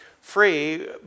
free